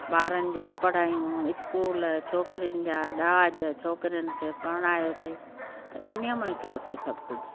ॿारनि जो पढ़ायूं स्कूल छोकिरियुनि जा ॾाज छोकिरियुनि खे परिणायोसीं त इनहीअ में कियोसीं कुझु